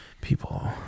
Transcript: People